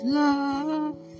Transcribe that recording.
love